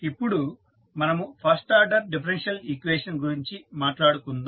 ఇప్పుడు మనము first order differential equation గురించి మాట్లాడుకుందాం